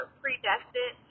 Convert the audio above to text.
predestined